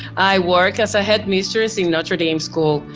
i work as a headmistress in notre dame school.